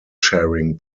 sharing